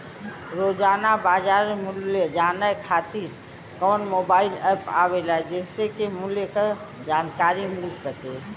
रोजाना बाजार मूल्य जानकारी खातीर कवन मोबाइल ऐप आवेला जेसे के मूल्य क जानकारी मिल सके?